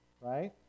right